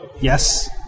Yes